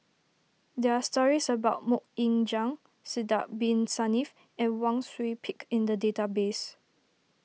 there are stories about Mok Ying Jang Sidek Bin Saniff and Wang Sui Pick in the database